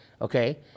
Okay